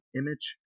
image